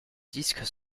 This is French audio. disques